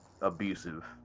abusive